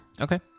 Okay